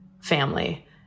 family